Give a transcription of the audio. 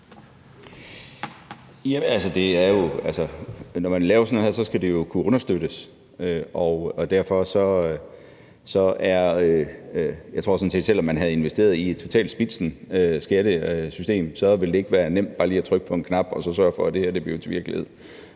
Når man laver sådan noget her, skal det jo kunne understøttes, og jeg tror sådan set, at selv om man havde investeret i et totalt spitzen skattesystem, ville det ikke være nemt bare lige at trykke på en knap og så sørge for, at det her blev til virkelighed.